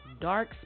dark